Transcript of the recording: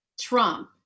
Trump